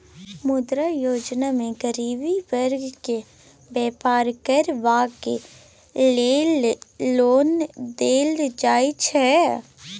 मुद्रा योजना मे गरीब बर्ग केँ बेपार करबाक लेल लोन देल जाइ छै